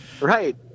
Right